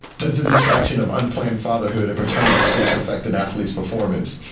does the distraction of unplanned fatherhood and paternity suits affect an athlete's performance?